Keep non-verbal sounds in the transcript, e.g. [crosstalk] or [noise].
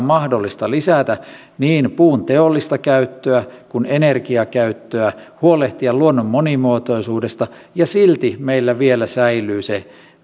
[unintelligible] mahdollista lisätä niin puun teollista käyttöä kuin energiakäyttöä huolehtia luonnon monimuotoisuudesta ja silti meillä vielä säilyy se